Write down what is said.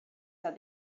said